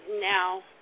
now